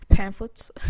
Pamphlets